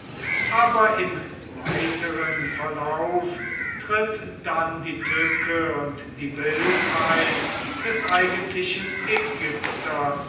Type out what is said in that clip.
aber im weiteren verlauf tritt dann die tücke und die wildheit des eigentlichen ägypters